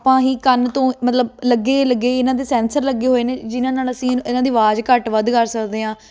ਆਪਾਂ ਹੀ ਕੰਨ ਤੋਂ ਮਤਲਬ ਲੱਗੇ ਲੱਗੇ ਇਹਨਾਂ ਦੇ ਸੈਂਸਰ ਲੱਗੇ ਹੋਏ ਨੇ ਜਿਹਨਾਂ ਨਾਲ ਅਸੀਂ ਇਹਨਾਂ ਇਹਨਾਂ ਦੀ ਆਵਾਜ਼ ਘੱਟ ਵੱਧ ਕਰ ਸਕਦੇ ਹਾਂ